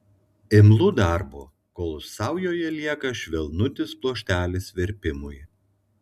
imlu darbo kol saujoje lieka švelnutis pluoštelis verpimui